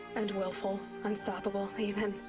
and willful unstoppable, even.